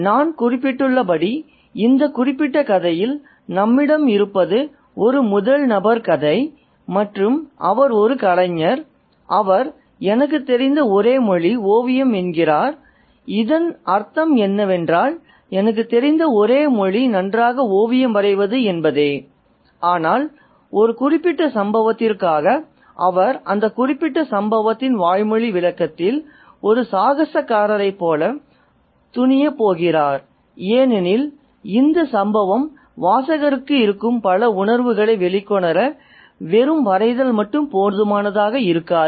நான் குறிப்பிட்டுள்ளபடி இந்த குறிப்பிட்ட கதையில் நம்மிடம் இருப்பது ஒரு முதல் நபர் கதை மற்றும் அவர் ஒரு கலைஞர் அவர் எனக்குத் தெரிந்த ஒரே மொழி ஓவியம் என்று கூறுகிறார் இதன் அர்த்தம் என்னவென்றால் எனக்குத் தெரிந்த ஒரே மொழி நன்றாக ஓவியம் வரைவது என்பதே ஆனால் ஒரு குறிப்பிட்ட சம்பவத்திற்காக அவர் அந்த குறிப்பிட்ட சம்பவத்தின் வாய்மொழி விளக்கத்தில் ஒரு சாகசக்காரரைப் போல துணியப் போகிறார் ஏனெனில் இந்த சம்பவம் வாசகருக்கு இருக்கும் பல உணர்வுகளை வெளிக்கொணர வெறும் வரைதல் மட்டும் போதுமானதாக இருக்காது